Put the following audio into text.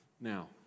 Now